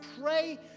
Pray